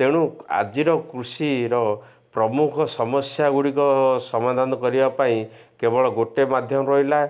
ତେଣୁ ଆଜିର କୃଷିର ପ୍ରମୁଖ ସମସ୍ୟାଗୁଡ଼ିକ ସମାଧାନ କରିବା ପାଇଁ କେବଳ ଗୋଟେ ମାଧ୍ୟମ ରହିଲା